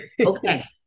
Okay